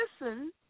listen